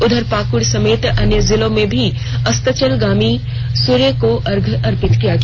उधर पाकुड़ समेत अन्य जिलों में भी अस्ताचलगामी सूर्य को अर्पित किया गया